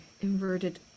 inverted